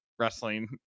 wrestling